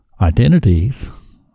identities